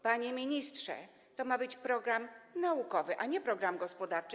Panie ministrze, to ma być program naukowy, a nie program gospodarczy.